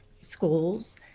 schools